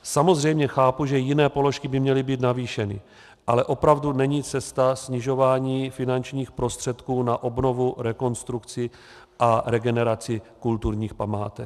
Samozřejmě chápu, že jiné položky by měly být navýšeny, ale opravdu není cesta snižování finančních prostředků na obnovu, rekonstrukci a regeneraci kulturních památek.